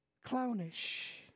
clownish